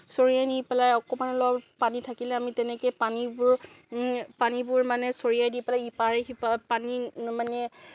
চৰিয়া নি পেলাই অকণমান পানী থাকিলে আমি তেনেকেই পানীবোৰ পানীবোৰ মানে চৰিয়া দি পেলাই ইপাৰে সিপাৰে পানী মানে